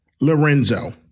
Lorenzo